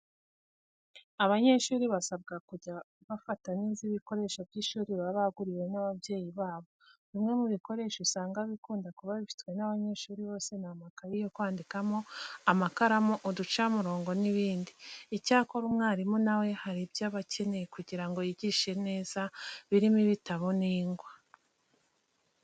Abanyeshuri basabwa kujya bafata neza ibikoresho by'ishuri baba baguriwe n'ababyeyi babo. Bimwe mu bikoresho usaga bikunda kuba bifitwe n'abanyeshuri bose ni amakayi yo kwandikamo, amakaramu, uducamurongo n'ibindi. Icyakora umwarimu na we hari ibyo aba akeneye kugira ngo yigishe neza birimo ibitabo n'ingwa.